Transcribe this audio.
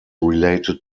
related